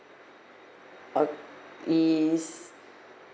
uh is